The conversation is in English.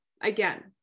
again